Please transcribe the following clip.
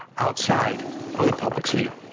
outside of the public's view.